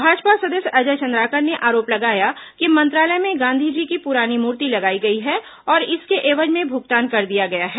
भाजपा सदस्य अजय चंद्राकर ने आरोप लगाया कि मंत्रालय में गांधी जी की पुरानी मूर्ति लगाई गई है और इसके एवज में भुगतान कर दिया गया है